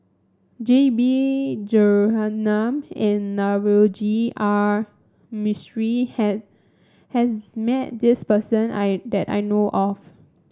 J B Jeyaretnam and Navroji R Mistri has has met this person I that I know of